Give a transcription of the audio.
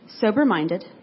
sober-minded